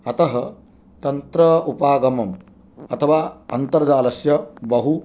अतः तन्त्र उपागमम् अथवा अन्तर्जालस्य बहु